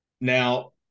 now